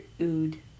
Ood